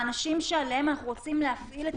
מס' האנשים שעליהם אנחנו רוצים להפעיל את